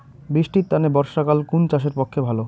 বৃষ্টির তানে বর্ষাকাল কুন চাষের পক্ষে ভালো?